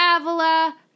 Avila